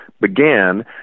began